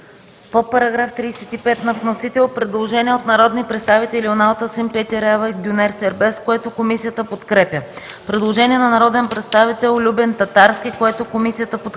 По § 35 на вносителя – предложение от народните представители Юнал Тасим, Петя Раева и Гюнер Сербест, което комисията подкрепя. Предложение от народния представител Любен Татарски, което комисията подкрепя.